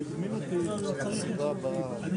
16:49.